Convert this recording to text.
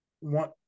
one